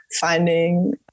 finding